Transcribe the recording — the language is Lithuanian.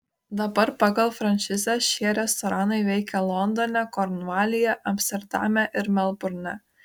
dabar pagal franšizę šie restoranai veikia londone kornvalyje amsterdame ir melburne